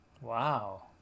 Wow